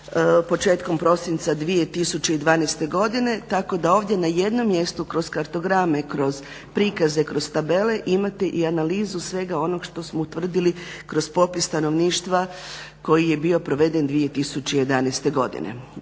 početkom prosinca 2012. godine tako da ovdje na jednom mjesto kroz kartograme, kroz prikaze, kroz tabele imate i analizu svega onog što smo utvrdili kroz popis stanovništva koji je bio proveden 2011. godine.